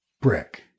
brick